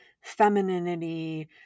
femininity